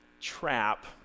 trap